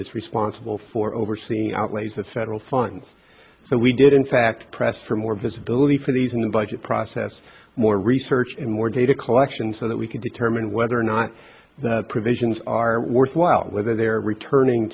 that's responsible for overseeing outlays of federal funds so we did in fact press for more visibility for these in the budget process more research and more data collection so that we can determine whether or not the provisions are worthwhile whether they're returning